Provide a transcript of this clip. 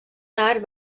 tard